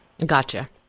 Gotcha